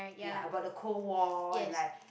ya about the cold war and like